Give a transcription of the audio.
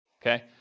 okay